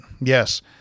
Yes